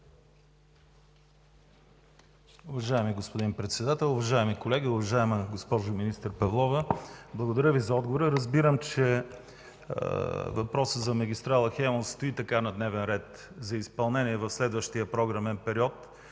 Уважаеми господин Председател, уважаеми колеги! Уважаема госпожо министър Павлова, благодаря Ви за отговора. Разбирам, че въпросът за магистрала „Тракия” стои на дневен ред за изпълнение в следващия програмен период.